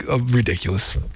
ridiculous